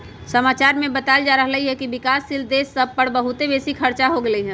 समाचार में बतायल जा रहल हइकि विकासशील देश सभ पर बहुते बेशी खरचा हो गेल हइ